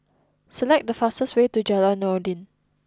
select the faster way to Jalan Noordin